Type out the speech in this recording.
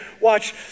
watch